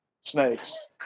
snakes